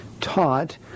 taught